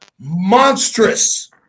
monstrous